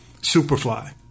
Superfly